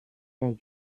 der